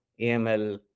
AML